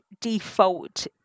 default